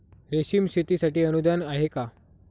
रेशीम शेतीसाठी अनुदान आहे का?